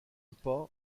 pas